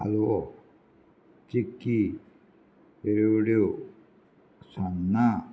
हालवो चिकी पेर सणा